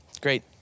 Great